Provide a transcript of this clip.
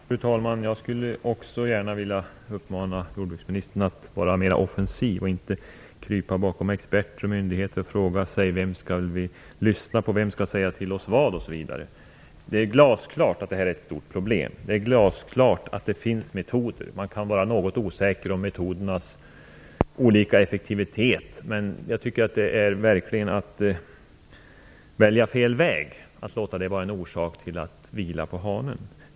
Fru talman! Också jag skulle vilja uppmana jordbruksministern att vara mer offensiv och inte krypa bakom experter och myndigheter och fråga sig vem vi skall lyssna på, vem som skall säga vad till oss osv. Det är glasklart att det är fråga om ett stort problem. Det är också glasklart att det finns metoder. Man kan vara något osäker på de olika metodernas effektivitet. Men det är verkligen att välja fel väg att låta det vara en orsak till att vila på hanen.